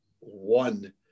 one